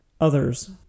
others